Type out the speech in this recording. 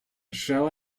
shall